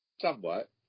Somewhat